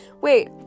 wait